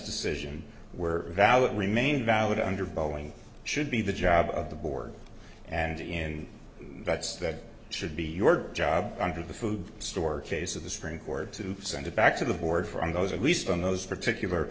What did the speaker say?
decision were valid remain valid under boeing should be the job of the board and in that's that should be your job under the food store case of the supreme court to send it back to the board from those at least on those particular